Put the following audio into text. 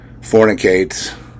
fornicates